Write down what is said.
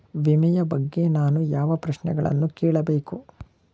ವಿಮೆಯ ಬಗ್ಗೆ ನಾನು ಯಾವ ಪ್ರಶ್ನೆಗಳನ್ನು ಕೇಳಬೇಕು?